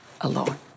alone